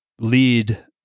lead